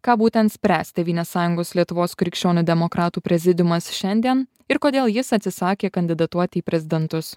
ką būtent spręs tėvynės sąjungos lietuvos krikščionių demokratų prezidiumas šiandien ir kodėl jis atsisakė kandidatuoti į prezidentus